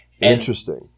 Interesting